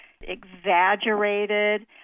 exaggerated